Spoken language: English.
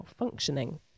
malfunctioning